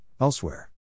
elsewhere